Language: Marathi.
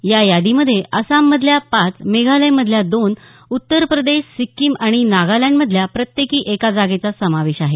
या यादीमध्ये आसाममधल्या पाच मेघालयामधल्या दोन उत्तर प्रदेश सिक्कीम आणि नालालँडमधल्या प्रत्येकी एका जागेचा समावेश आहे